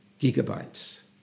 gigabytes